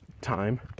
time